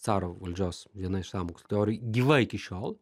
caro valdžios viena iš sąmoksl teorijų gyva iki šiol